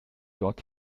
dort